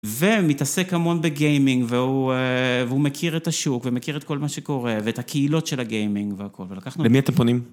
ומתעסק המון בגיימינג והוא מכיר את השוק ומכיר את כל מה שקורה ואת הקהילות של הגיימינג והכל ולקחנו... למי אתם פונים?